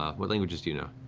ah what languages do you know?